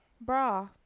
bra